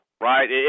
right